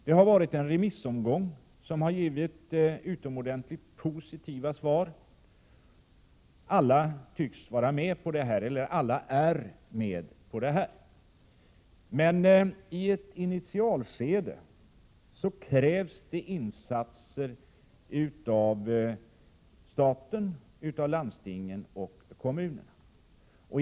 Det har varit en remissomgång som givit utomordentligt positiva svar. Alla är med på detta. Meni ett initialskede krävs insatser av stat, av landsting och av kommunerna.